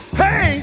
hey